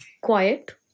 quiet